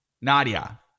Nadia